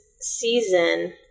season –